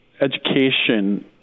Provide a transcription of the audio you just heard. education